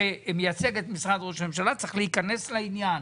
שמייצג את משרד ראש הממשלה, צריך להיכנס לעניין.